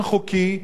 בתוך כלי תקשורת,